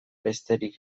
besterik